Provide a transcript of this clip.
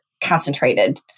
concentrated